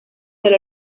del